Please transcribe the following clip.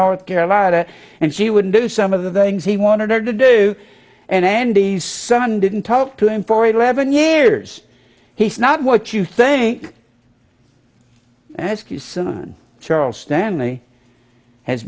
north carolina and she wouldn't do some of the things he wanted her to do and andy's son didn't talk to him for eleven years he's not what you think and i ask you son charles stanley has